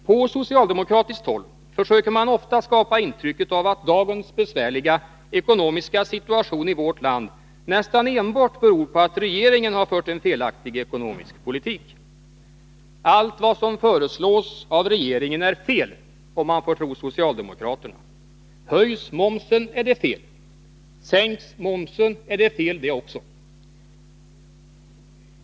På socialdemokratiskt håll försöker man ofta skapa intryck av att dagens besvärliga ekonomiska situation i vårt land nästan enbart beror på att regeringen har fört en felaktig ekonomisk politik. Allt vad som föreslås av regeringen är fel, om man får tro socialdemokraterna. Höjs momsen är det fel. Sänks momsen är det fel det också.